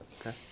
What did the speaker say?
Okay